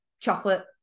chocolate